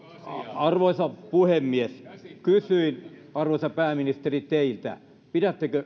arvoisa puhemies kysyin arvoisa pääministeri teiltä pidättekö